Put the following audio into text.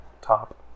top